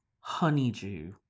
Honeydew